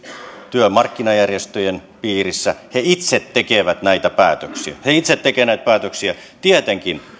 työmarkkinajärjestöjen piirissä he itse tekevät näitä päätöksiä he itse tekevät näitä päätöksiä tietenkin